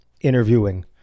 interviewing